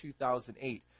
2008